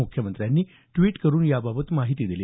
मुख्यमंत्र्यांनी ड्वीट करुन याबाबत माहिती दिली